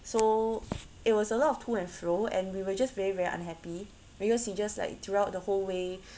so it was a lot of to and fro and we were just very very unhappy because he just like throughout the whole way